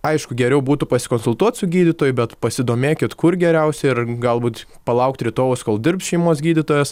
aišku geriau būtų pasikonsultuot su gydytoju bet pasidomėkit kur geriausia ir galbūt palaukti rytojaus kol dirbs šeimos gydytojas